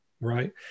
right